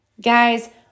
Guys